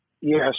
Yes